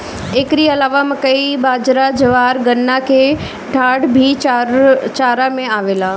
एकरी अलावा मकई, बजरा, ज्वार, गन्ना के डाठ भी चारा में आवेला